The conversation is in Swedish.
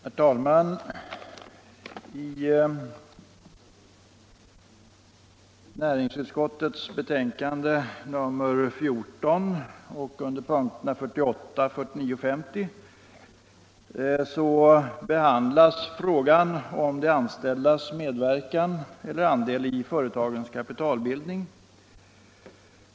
Herr talman! I näringsutskottets betänkande nr 14 behandlas under punkterna 48, 49 och 50 frågan om de anställdas medverkan eller andel i företagens kapitalbildning.